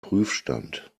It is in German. prüfstand